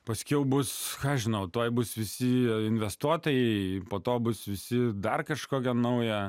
paskiau bus ką aš žinau tuoj bus visi investuotojai po to bus visi dar kažkokia nauja